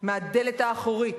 מהדלת האחורית,